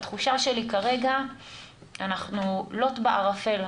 בתחושה שלי כרגע אנחנו לוט בערפל,